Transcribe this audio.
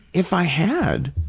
if i had,